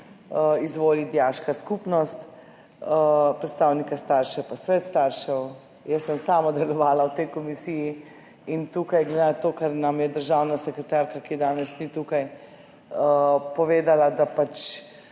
izvoli dijaška skupnost, predstavnika staršev pa svet staršev. Jaz sem sama delovala v tej komisiji. To, kar nam je državna sekretarka, ki je danes ni tukaj, povedala, da pač